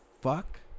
fuck